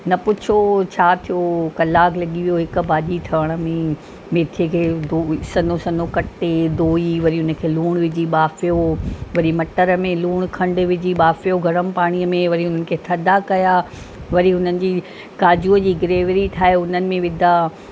न पुछो छा थियो कलाकु लॻी वियो हिक भाॼी ठहिण में मेथीअ खे धो सनो सनो कटे धोई वरी हुनखे लूणु विझी ॿाफयो वरी मटर में लूणु खंड विझी ॿाफयो गरम पाणीअ में वरी हुननि खे थधा कयां वरी हुननि जी काजूअ जी ग्रेवरी ठाहे हुननि में विधा